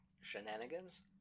shenanigans